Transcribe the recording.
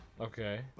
Okay